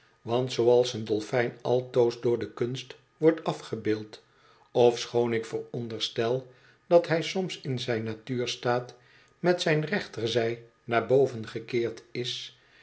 want zooals een dolfijn altoos door de kunst wordt afgebeeld ofschoon ik vooronderstel dat hij soms in zijn natuurstaat met zijn rechterzij naar boven gekeerd is